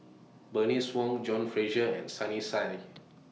Bernice Wong John Fraser and Sunny Sia